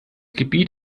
gebiet